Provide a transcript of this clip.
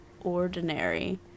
ordinary